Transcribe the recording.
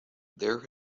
there